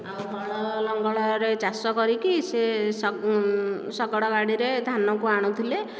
ଆଉ ହଳ ଲଙ୍ଗଳରେ ଚାଷ କରିକି ସେ ଶଗ ଶଗଡ଼ ଗାଡ଼ିରେ ଧାନକୁ ଆଣୁଥିଲେ